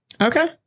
Okay